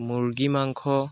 মুৰ্গী মাংস